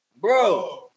bro